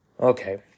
Okay